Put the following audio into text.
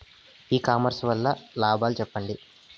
ఇ commerce వల్ల లాభాలు సెప్పండి?